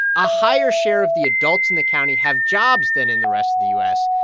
a higher share of the adults in the county have jobs than in the rest of the u s.